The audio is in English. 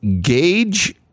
gauge